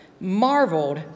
marveled